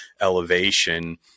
elevation